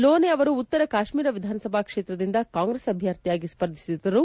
ಲೋನೆ ಅವರು ಉತ್ತರ ಕಾಶ್ಮೀರ ವಿಧಾನಸಭಾ ಕ್ಷೇತ್ರದಿಂದ ಕಾಂಗ್ರೆಸ್ ಅಭ್ಯರ್ಥಿಯಾಗಿ ಸ್ಪರ್ಧಿಸಿದ್ದರು